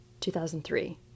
2003